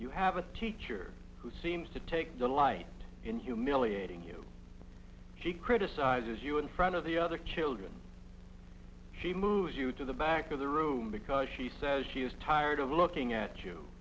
you have a teacher who seems take delight in humiliating you she criticizes you in front of the other children she moves you to the back of the room because she says she is tired of looking at you